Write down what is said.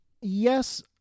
yes